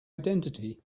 identity